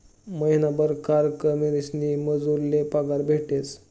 महिनाभर काम करीसन मजूर ले पगार भेटेस